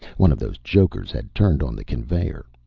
one of those jokers had turned on the conveyor!